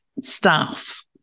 staff